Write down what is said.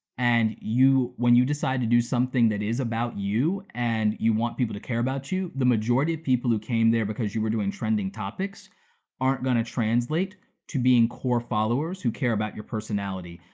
and when you decide to do something that is about you and you want people to care about you, the majority of people who came there because you were doing trending topics aren't gonna translate to being core followers who care about your personality.